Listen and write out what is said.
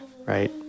Right